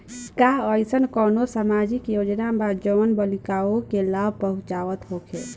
का एइसन कौनो सामाजिक योजना बा जउन बालिकाओं के लाभ पहुँचावत होखे?